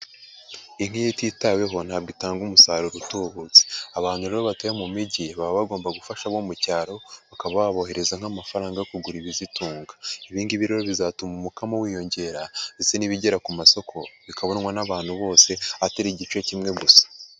Inka iyo ititaweho ntabwo itanga umusaruro utubutse, abantu rero batuye mu mijyi baba bagomba gufasha abo mu cyaro bakaba baboherereza nk'amafaranga yo kugura ibizitunga, ibi ngibi rero bizatuma umukamo wiyongera, ndetse n'ibigera ku masoko bikabonwa n'abantu bose atari igice kimwe gusa.